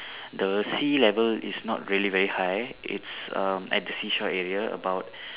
the sea level is not really very high it's um at the seashore area about